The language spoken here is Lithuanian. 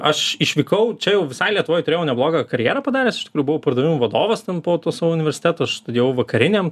aš išvykau čia jau visai lietuvoj turėjau neblogą karjerą padaręs buvau pardavimų vadovas ten po to savo universiteto aš studijavau vakariniam